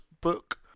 book